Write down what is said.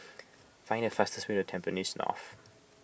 find the fastest way to Tampines North